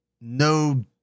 no